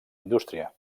indústria